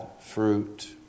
fruit